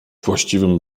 właściwym